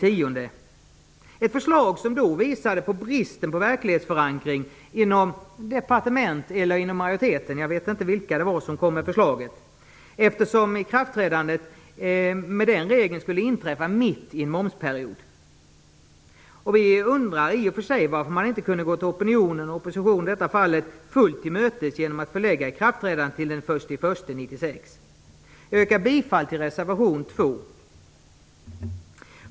Det var ett förslag som visade på bristen på verklighetsförankring inom departement eller inom utskottsmajoriteten - jag vet inte vilka som kom med förslaget - eftersom ikraftträdandet i det fallet skulle ha inträffat mitt i en momsperiod. Vi undrar varför man inte kunde gått opinionen, och i detta fall oppositionen, till fullt mötes genom att förlägga ikraftträdandet till den 1 januari 1996. Jag yrkar bifall till reservation 2.